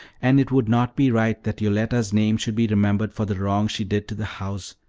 and it would not be right that yoletta's name should be remembered for the wrong she did to the house,